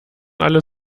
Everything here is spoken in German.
alle